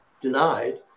denied